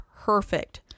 perfect